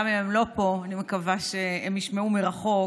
גם אם הם לא פה, אני מקווה שהם ישמעו מרחוק